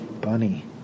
Bunny